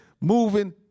moving